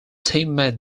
teammate